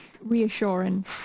reassurance